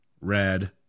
red